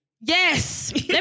Yes